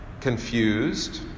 confused